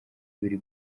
abiri